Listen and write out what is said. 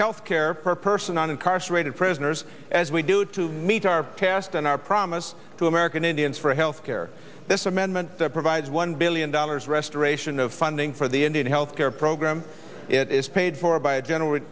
health care per person on incarcerated prisoners as we do to meet our cast and our promise to american indians for health care this amendment provides one billion dollars restoration of funding for the indian health care program it is paid for by a general